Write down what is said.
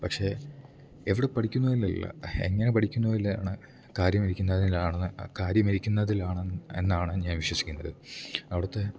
പക്ഷേ എവിടെപ്പടിക്കുന്നൂയ്ലല്ല എങ്ങനെ പടിക്കുന്നൂവിലാണ് കാര്യമിരിക്ക്ന്നതിലാണെന്ന് കാര്യമിരിക്കുന്നതിലാണ് എന്നാണ് ഞാൻ വിശ്വസിക്ക്ന്നത് അവിടുത്തെ